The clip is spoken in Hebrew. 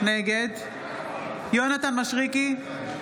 נגד יונתן מישרקי,